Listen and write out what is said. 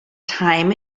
time